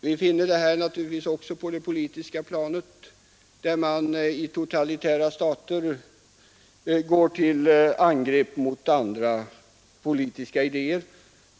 Vi finner samma företeelse också på det politiska planet: totalitära stater går till angrepp mot andra politiska idéer.